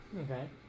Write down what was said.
Okay